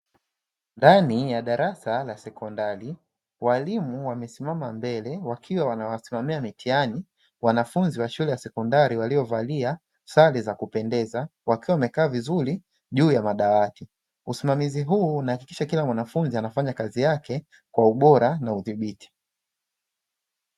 Ndani ya darasa sekondari, walimu wamesimama mbele wakiwa wanawasimamia mitihani wanafunzi wa shule ya sekondari waliovalia sare za kupendeza, wakiwa wamekaa vizuri juu ya madawati. Usimamizi huu unahakikisha kila mwanafunzi anafanya kazi yake kwa ubora na udhibiti.